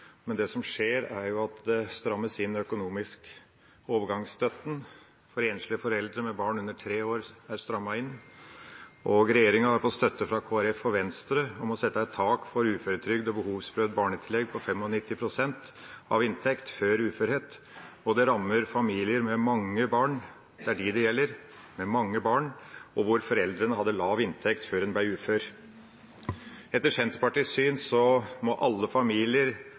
men det som skjer, er at det strammes inn økonomisk. Overgangsstøtten for enslige foreldre med barn under tre år er strammet inn, og regjeringa har fått støtte fra Kristelig Folkeparti og Venstre til å sette et tak for uføretrygd og behovsprøvd barnetillegg på 95 pst. av inntekt før uførhet. Det rammer familier med mange barn – det er dem det gjelder, de med mange barn, og hvor foreldrene hadde lav inntekt før de ble uføre. Etter Senterpartiets syn må alle familier